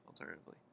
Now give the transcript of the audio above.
Alternatively